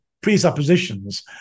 presuppositions